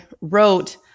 wrote